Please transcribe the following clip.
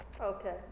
Okay